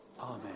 Amen